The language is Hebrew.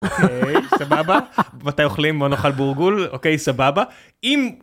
אוקיי סבבה, מתי אוכלים? בוא נאכל בורגול. אוקיי סבבה. אם...